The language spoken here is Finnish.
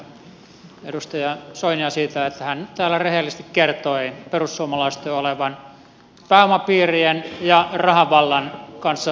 haluan kiittää edustaja soinia siitä että hän täällä rehellisesti kertoi perussuomalaisten olevan pääomapiirien ja rahan vallan kanssa samalla linjalla